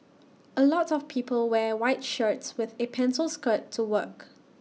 A lot of people wear white shirts with A pencil skirt to work